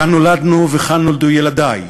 כאן נולדנו וכאן נולדו ילדי,